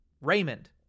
Raymond